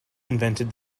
invented